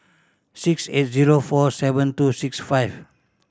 six eight zero four seven two six five